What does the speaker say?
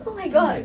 oh my god